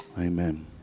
Amen